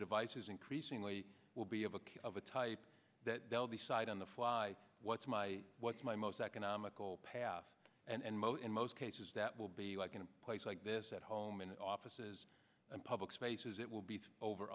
devices increasingly will be of a kit of a type that they'll decide on the fly what's my what's my most economical path and mo in most cases that will be like in a place like this at home in offices and public spaces it will be over